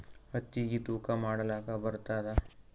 ಹತ್ತಿಗಿ ತೂಕಾ ಮಾಡಲಾಕ ಬರತ್ತಾದಾ?